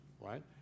right